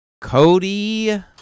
Cody